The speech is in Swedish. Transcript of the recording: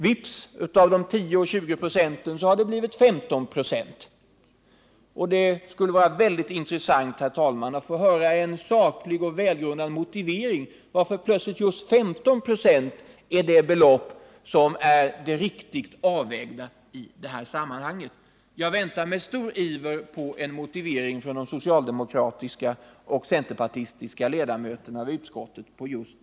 Vips, av de 10 och 20 procenten har det blivit 15 96. Det skulle vara mycket intressant, herr talman, att få höra en saklig och välgrundad motivering till att plötsligt 15 96 är den riktiga avvägningen i detta sammanhang. Jag väntar med stor iver på en motivering på den punkten från de socialdemokratiska och centerpartistiska ledamöterna i utskottet.